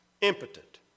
impotent